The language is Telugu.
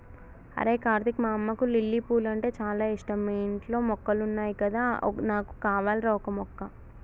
అరేయ్ కార్తీక్ మా అమ్మకు లిల్లీ పూలంటే చాల ఇష్టం మీ ఇంట్లో మొక్కలున్నాయి కదా నాకు కావాల్రా ఓక మొక్క